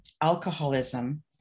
Alcoholism